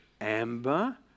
amber